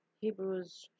Hebrews